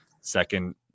second